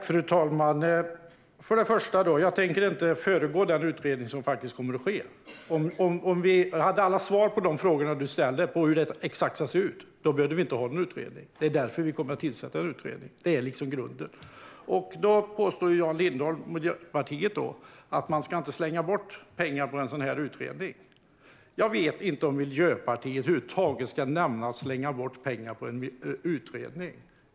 Fru talman! Först och främst tänker jag inte föregripa den utredning som kommer att ske. Om vi hade alla svar på de frågor Jan Lindholm ställde om exakt hur det ska se ut skulle vi inte behöva någon utredning. Det är därför vi kommer att tillsätta en - det är grunden. Jan Lindholm från Miljöpartiet påstår att man inte ska slänga bort pengar på en utredning. Jag vet inte om Miljöpartiet över huvud taget ska tala om att slänga bort pengar på utredningar.